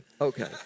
Okay